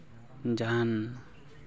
ᱡᱟᱦᱟᱱ